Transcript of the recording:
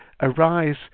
arise